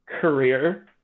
career